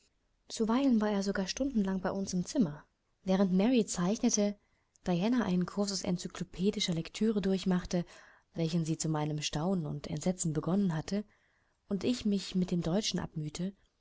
zuweilen war er sogar stunden lang bei uns im zimmer während mary zeichnete diana einen kursus encyklopädistischer lektüre durchmachte welchen sie zu meinem staunen und entsetzen begonnen hatte und ich mich mit dem deutschen abmühte